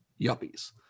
yuppies